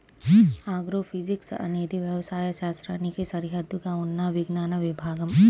agrophysics అనేది వ్యవసాయ శాస్త్రానికి సరిహద్దుగా ఉన్న విజ్ఞాన విభాగం